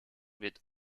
wird